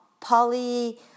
poly